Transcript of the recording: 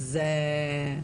אז...